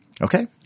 Okay